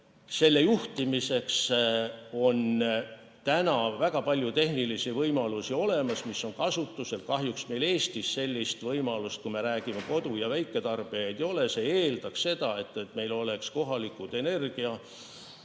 Selle juhtimiseks on täna väga palju tehnilisi võimalusi olemas. Kahjuks meil Eestis sellist võimalust, kui me räägime kodu- ja väiketarbijatest, ei ole. See eeldaks seda, et meil oleks kohalikud